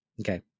Okay